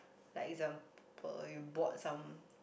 like example you bought some